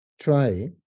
try